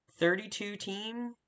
32-team